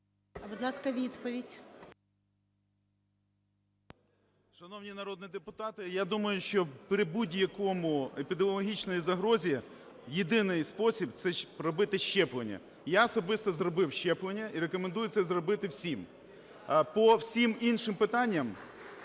Шановні народні депутати, я думаю, що при будь-якій епідеміологічній загрозі єдиний спосіб – робити щеплення. Я особисто зробив щеплення і рекомендую це зробити всім. По всім іншим питанням…